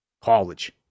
College